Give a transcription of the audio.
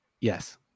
Yes